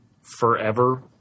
forever